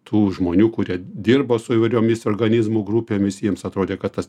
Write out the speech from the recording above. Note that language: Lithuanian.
tų žmonių kurie dirbo su įvairiomis organizmų grupėmis jiems atrodė kad tas